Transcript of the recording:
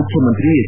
ಮುಖ್ಯಮಂತ್ರಿ ಹೆಚ್